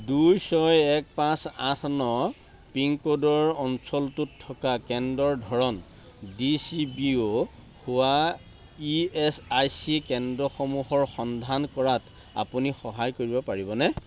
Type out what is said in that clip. দুই ছয় এক পাঁচ আঠ ন পিনক'ডৰ অঞ্চলটোত থকা কেন্দ্ৰৰ ধৰণ ডি চি বি অ' হোৱা ই এচ আই চি কেন্দ্ৰসমূহৰ সন্ধান কৰাত আপুনি সহায় কৰিব পাৰিবনে